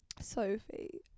Sophie